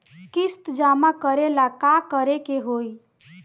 किस्त जमा करे ला का करे के होई?